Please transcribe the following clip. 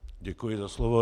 Děkuji za slovo.